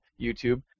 YouTube